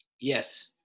Yes